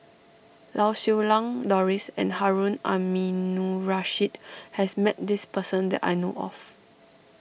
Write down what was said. Lau Siew Lang Doris and Harun Aminurrashid has met this person that I know of